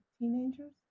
teenagers